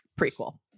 prequel